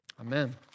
Amen